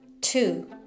two